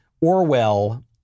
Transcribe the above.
Orwell